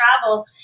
travel